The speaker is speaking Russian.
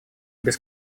без